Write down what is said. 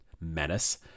menace